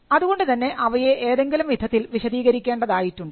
അതുകൊണ്ടുതന്നെ അവയെ ഏതെങ്കിലും വിധത്തിൽ വിശദീകരിക്കേണ്ടതായിട്ടുണ്ട്